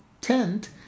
tent